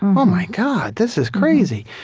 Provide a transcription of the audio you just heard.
oh, my god, this is crazy.